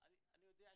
כי אני לא רוצה